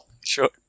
sure